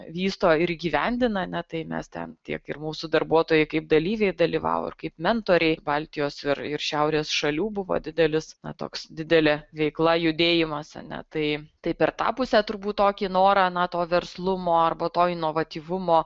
vysto ir įgyvendina ne tai mes ten tiek ir mūsų darbuotojai kaip dalyviai dalyvavo ir kaip mentoriai baltijos ir ir šiaurės šalių buvo didelis toks didelė veikla judėjimas a ne tai tai per tą pusę turbūt tokį norą na to verslumo arba to inovatyvumo